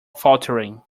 faltering